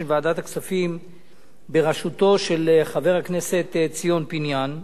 ועדת הכספים בראשותו של חבר הכנסת ציון פיניאן.